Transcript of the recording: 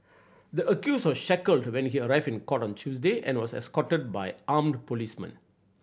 the accused was shackled when he arrived in court on Tuesday and was escorted by armed policemen